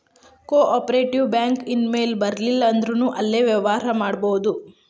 ಕೊ operative bank ಇನ್ ಮೆಂಬರಿರ್ಲಿಲ್ಲಂದ್ರುನೂ ಅಲ್ಲೆ ವ್ಯವ್ಹಾರಾ ಮಾಡ್ಬೊದು